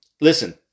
Listen